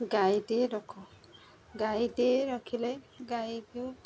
ଗାଈଟିଏ ରଖୁ ଗାଈଟିଏ ରଖିଲେ ଗାଈକୁ